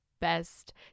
best